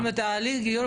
באיזה קהילה,